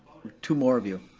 two more of you.